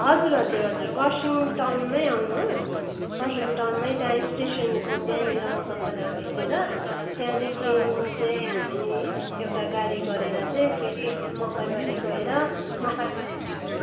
हजुर हजुर हजुर कर्सियाङ टाउनमै आउनुहोस् कर्सियाङ टाउनमै त्यहाँ स्टेसनको त्यहाँनिर म तपाईँलाई भेटेर त्यहाँदेखिन् चाहिँ हामी एउटा गाडी गरेर चाहिँ फेरि मकैबारी गएर मकैबारी फ्याक्ट्रीमा